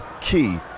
key